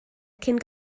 cyn